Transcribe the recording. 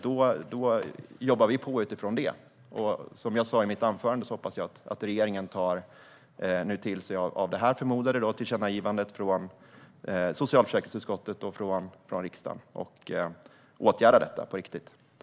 Då jobbar vi på utifrån det. Som jag sa i mitt anförande hoppas jag att regeringen nu tar till sig av det förmodade tillkännagivandet från socialförsäkringsutskottet och riksdagen och åtgärdar detta på riktigt.